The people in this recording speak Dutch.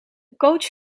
coach